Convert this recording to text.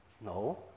No